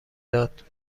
داد